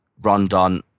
Rondon